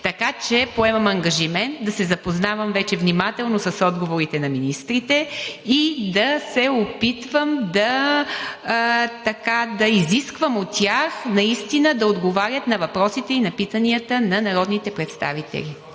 Така че поемам ангажимент да се запознавам вече внимателно с отговорите на министрите и да се опитвам да изисквам от тях наистина да отговарят на въпросите и на питанията на народните представители.